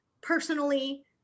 personally